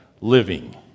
living